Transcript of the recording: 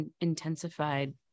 intensified